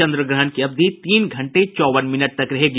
चंद्रग्रहण की अवधि तीन घंटे चौवन मिनट तक रहेगी